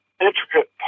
intricate